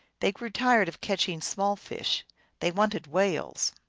they grew tired of catching small fish they wanted whales.